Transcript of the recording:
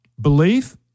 Belief